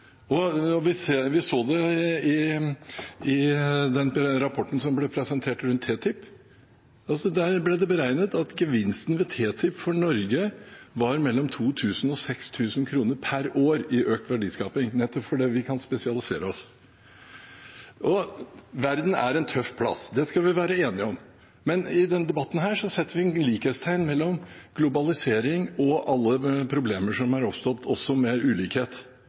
Vi så det i den rapporten som ble presentert om TTIP. Der ble det beregnet at gevinsten ved TTIP for Norge var mellom 2 000 kr og 6 000 kr per innbygger per år i økt verdiskaping, nettopp fordi vi kan spesialisere oss. Verden er en tøff plass, det skal vi være enige om, men i denne debatten setter vi likhetstegn mellom globalisering og alle problemer som er oppstått, også mer ulikhet.